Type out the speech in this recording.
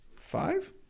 five